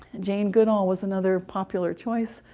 jane goodall was another popular choice.